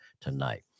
tonight